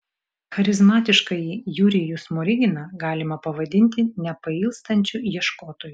charizmatiškąjį jurijų smoriginą galima pavadinti nepailstančiu ieškotoju